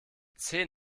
zehn